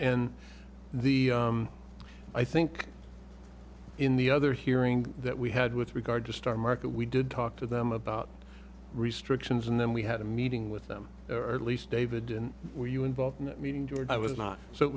and the i think in the other hearing that we had with regard to star market we did talk to them about restrictions and then we had a meeting with them or at least david were you involved in that meeting george i was not so it